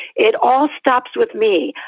it all stops with me.